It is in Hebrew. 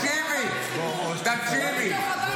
זה אהבה וחיבור --- תקשיבי.